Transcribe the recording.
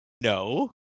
No